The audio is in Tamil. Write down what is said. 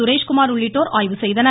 சுரேஷ்குமார் உள்ளிட்டோர் ஆய்வு செய்தனர்